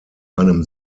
einem